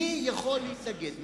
מי יכול להתנגד?